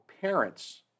parents